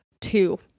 two